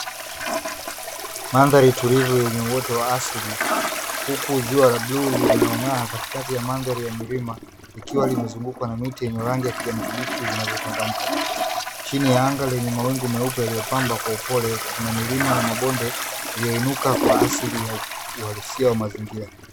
Mandhari tulivu yenye uoto wa asili, huku ziwa la bluu linalong'aa katikati ya mandhari ya milima likiwa limezungukwa na miti yenye rangi ya kijani kibichi zinazochangamka. Chini ya anga lenye mawingu meupe yaliyopambwa kwa upole, kuna milima na mabonde yaliyoinuka kwa asili ya uhalisia wa mazingira.